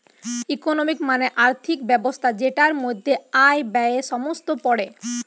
economy মানে আর্থিক ব্যবস্থা যেটার মধ্যে আয়, ব্যয়ে সমস্ত পড়ে